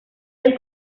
del